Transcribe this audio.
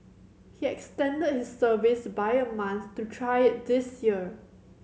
he extended his service by a month to try it this year